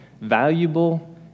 valuable